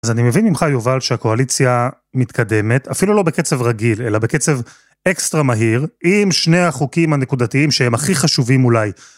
אז אני מבין ממך, יובל, שהקואליציה מתקדמת, אפילו לא בקצב רגיל, אלא בקצב אקסטרה מהיר, עם שני החוקים הנקודתיים שהם הכי חשובים אולי.